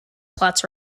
plots